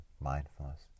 mindfulness